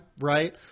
right